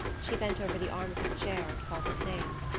she bent over the arm of his chair and called his name.